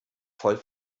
voll